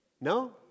No